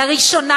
לראשונה,